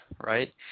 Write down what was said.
right